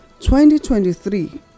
2023